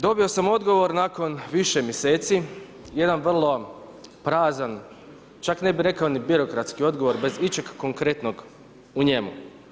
Dobio sam odgovor nakon više mjeseci jedan vrlo prazan, čak ne bi rekao ni birokratski odgovor bez ičeg konkretnog u njemu.